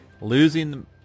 losing